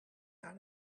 out